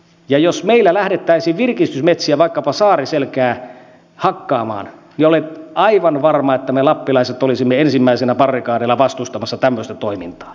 ja jos meillä lähdettäisiin virkistysmetsiä vaikkapa saariselkää hakkaamaan niin olen aivan varma että me lappilaiset olisimme ensimmäisenä barrikadeilla vastustamassa tämmöistä toimintaa